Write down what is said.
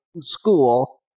School